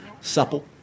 supple